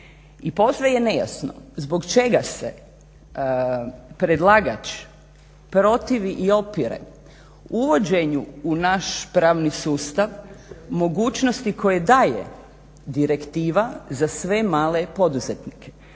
i posve je nejasno zbog čega se predlagač protivi i opire uvođenju u naš pravni sustav mogućnosti koje daje direktiva za sve male poduzetnike,